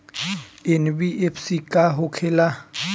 NBFC का होंखे ला?